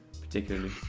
particularly